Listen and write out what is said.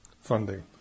funding